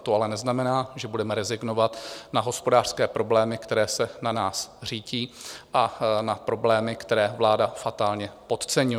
To ale neznamená, že budeme rezignovat na hospodářské problémy, které se na nás řítí, a na problémy, které vláda fatálně podceňuje.